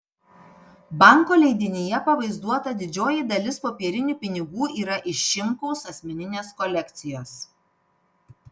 banko leidinyje pavaizduota didžioji dalis popierinių pinigų yra iš šimkaus asmeninės kolekcijos